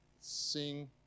sing